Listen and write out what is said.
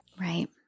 Right